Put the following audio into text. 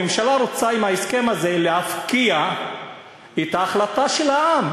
הממשלה רוצה עם ההסכם הזה להפקיע את ההחלטה של העם.